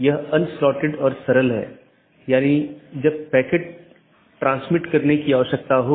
BGP सत्र की एक अवधारणा है कि एक TCP सत्र जो 2 BGP पड़ोसियों को जोड़ता है